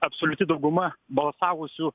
absoliuti dauguma balsavusių